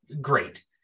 great